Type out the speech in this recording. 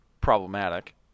problematic